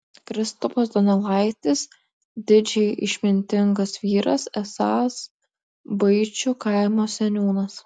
kristupas donelaitis didžiai išmintingas vyras esąs baičių kaimo seniūnas